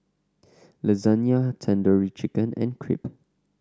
Lasagne Tandoori Chicken and Crepe